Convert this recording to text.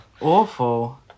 Awful